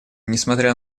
несмотря